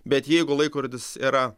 bet jeigu laikrodis yra